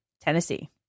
Tennessee